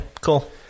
Cool